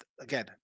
again